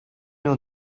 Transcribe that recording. know